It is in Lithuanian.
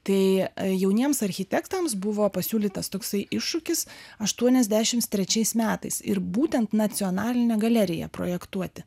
tai jauniems architektams buvo pasiūlytas toksai iššūkis aštuoniasdešimt trečiais metais ir būtent nacionalinę galeriją projektuoti